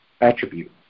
attribute